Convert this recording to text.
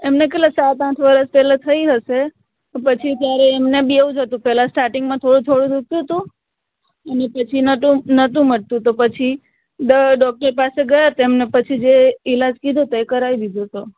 એમને કેટલા સાત આઠ વર્ષ પહેલાં થઈ હશે પછી ત્યારે એમને બી એવું જ હતું પહેલાં સ્ટાર્ટિંગમાં થોડું થોડું દુખતું હતું અને પછી નહોતું નહોતું મટતું તો પછી ડોક્ટર પાસે ગયા તો એમણે પછી જે ઈલાજ કીધો તો એ કરાવી દીધો તો